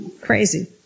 crazy